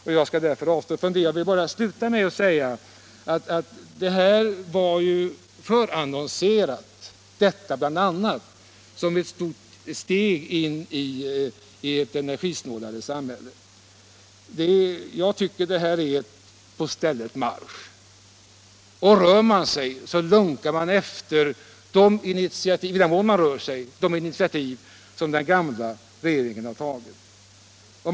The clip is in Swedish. Åtgärderna på detta område var förannonserade som ett stort steg in i ett energisnålare samhälle. Jag tycker det här förslaget innebär på stället marsch. I den mån man rör sig, lunkar man efter de initiativ som den gamla regeringen har tagit.